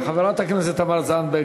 חברת הכנסת תמר זנדברג,